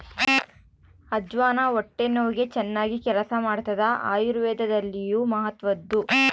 ಅಜ್ವಾನ ಹೊಟ್ಟೆ ನೋವಿಗೆ ಚನ್ನಾಗಿ ಕೆಲಸ ಮಾಡ್ತಾದ ಆಯುರ್ವೇದದಲ್ಲಿಯೂ ಮಹತ್ವದ್ದು